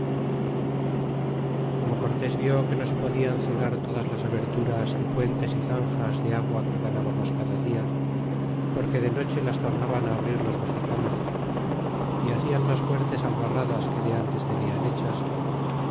como cortés vió que no se podien cegar todas las aberturas y puentes y zanjas de agua que ganábamos cada dia porque de noche las tornaban abrir los mexicanos y hacían mas fuertes albarradas que de ntes tenían hechas